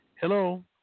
Hello